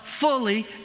fully